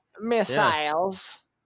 Missiles